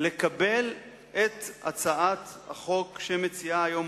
לקבל את הצעת החוק שהממשלה מציעה היום,